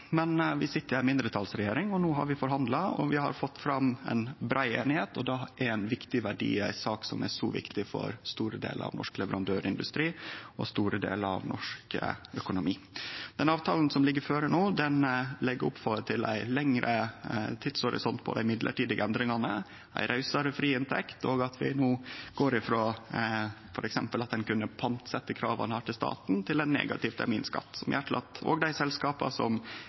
Men vi sit i ei mindretalsregjering, og no har vi forhandla, og vi har fått fram ei brei einigheit. Det er ein viktig verdi i ei sak som er så viktig for store delar av norsk leverandørindustri og store delar av norsk økonomi. Den avtalen som ligg føre no, legg opp til ein lengre tidshorisont på dei midlertidige endringane, ei rausare friinntekt og at vi no går frå f. eks. at ein kunne pantsetje krava ein har til staten, til ein negativ terminskatt, som gjer at òg dei selskapa som